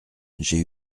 j’ai